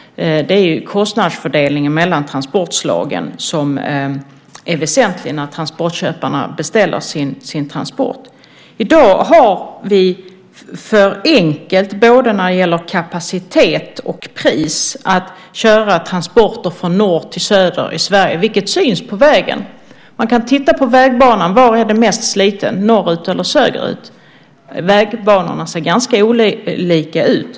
Det är kostnadsfördelningen mellan transportslagen som är väsentlig när transportköparna beställer sin transport. I dag är det för enkelt att köra transporter från norr till söder i Sverige när det gäller både kapacitet och pris, vilket syns på vägen. Man kan titta på var vägbanan är mest sliten - norrut eller söderut. Vägbanorna ser ganska olika ut.